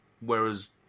Whereas